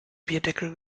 bierdeckel